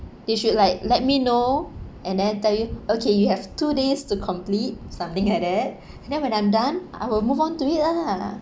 they should like let me know and then tell you okay you have two days to complete something like that and then when I'm done I will move on to it lah